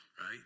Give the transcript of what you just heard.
right